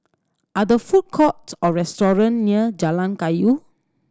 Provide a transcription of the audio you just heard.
are the food courts or restaurant near Jalan Kayu